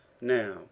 Now